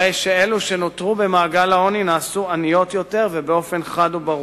הרי שאלה שנותרו במעגל העוני נעשו עניות יותר ובאופן חד וברור.